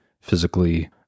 physically